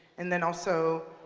and then, also,